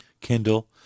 Kindle